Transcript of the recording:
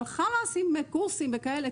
אבל חאלס עם קורסים וכאלה,